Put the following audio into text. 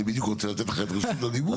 אני בדיוק רוצה לתת לך את רשות הדיבור,